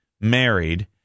married